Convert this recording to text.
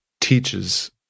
teaches